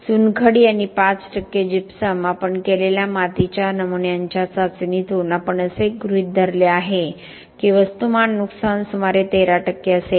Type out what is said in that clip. चुनखडी आणि 5 जिप्सम आपण केलेल्या मातीच्या नमुन्यांच्या चाचणीतून आपण असे गृहीत धरले आहे की वस्तुमान नुकसान सुमारे 13 असेल